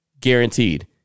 guaranteed